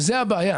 וזו הבעיה.